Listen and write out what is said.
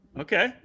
Okay